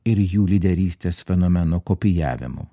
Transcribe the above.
ir jų lyderystės fenomeno kopijavimu